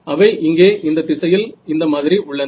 அவை இங்கே இந்தத் திசையில் இந்த மாதிரி உள்ளன